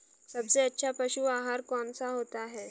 सबसे अच्छा पशु आहार कौन सा होता है?